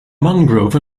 mangrove